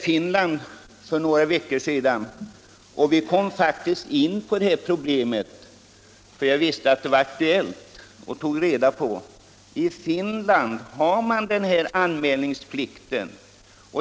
För några veckor sedan gjorde jag en resa i Finland, och vi kom då in på de här frågorna.